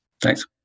Thanks